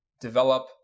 develop